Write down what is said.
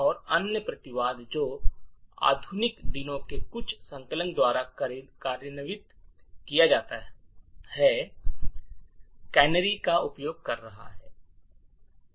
और अन्य प्रतिवाद जो आधुनिक दिनों के कुछ संकलक द्वारा कार्यान्वित किया जाता है कैनरी का उपयोग कर रहा है